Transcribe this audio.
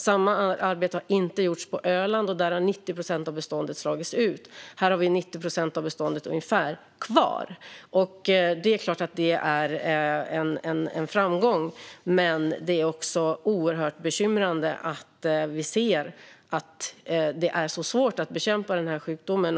Samma arbete har inte gjorts på Öland, och där har 90 procent av beståndet slagits ut. Här har vi ungefär 90 procent av beståndet kvar. Det är klart att det är en framgång. Det är dock bekymrande att det är så svårt att bekämpa den här sjukdomen.